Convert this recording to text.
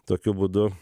tokiu būdu